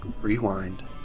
Rewind